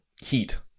heat